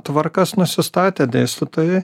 tvarkas nusistatę dėstytojai